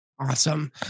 Awesome